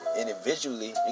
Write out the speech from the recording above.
individually